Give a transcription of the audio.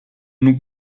nous